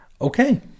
okay